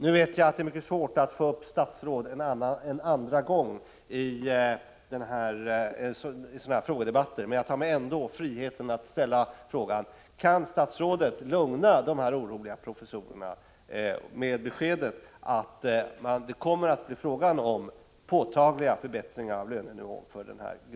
Jag vet att det är mycket svårt att få upp statsråd en andra gång i frågedebatterna, men jag tar mig ändå friheten att ställa frågan: Kan statsrådet lugna de oroliga professorerna med beskedet att det kommer att bli fråga om påtagliga förbättringar av lönenivån för denna grupp?